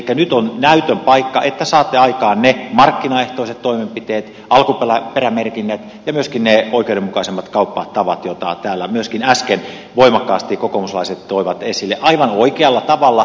nyt on näytön paikka että saatte aikaan ne markkinaehtoiset toimenpiteet alkuperämerkinnät ja myöskin ne oikeudenmukaisemmat kauppatavat joita täällä myöskin äsken voimakkaasti kokoomuslaiset toivat esille aivan oikealla tavalla